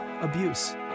abuse